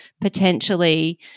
potentially